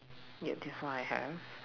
yeah before I have